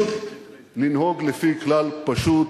זה פשוט לנהוג לפי כלל פשוט: